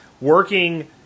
working